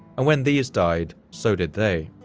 and when these died, so did they.